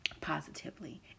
positively